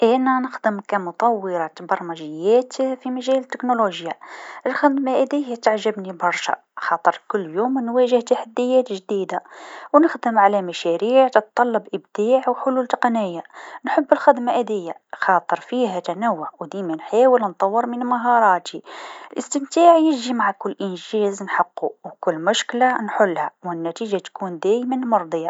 أنا نخدم كمطورة برمجيات في مجال التكنولوجيا، الخدمة هاذيا تعجبني برشا خاطر كل يوم نواجه تحديات جديده و نخدم على مشاريع تطلب إبداع و حلول تقنيه، نحب الخدمه هاذيا خاطر فيها تنوع و ديما نحاول نطور من مهاراتي، الإستمتاع يجي مع كل إنجازنحقو و كل مشكله نحلوها و النتيجه تكون دايما مرضيه.